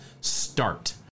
start